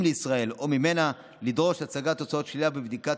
לישראל או ממנה לדרוש הצגת תוצאה שלילית בבדיקה